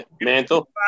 Mantle